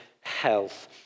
health